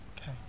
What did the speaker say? Okay